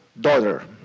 daughter